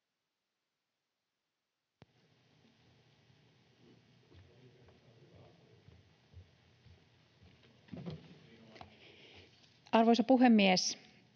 Arvoisa puhemies!